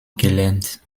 gelernt